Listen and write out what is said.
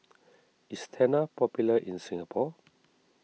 is Tena popular in Singapore